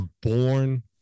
born